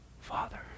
Father